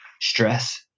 stress